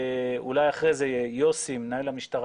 אולי אחרי זה יוסי או בנדה מהמשטרה